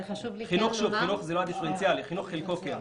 שוב, חינוך זה לא הדיפרנציאלי, חינוך חלקו כן.